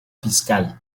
fiscal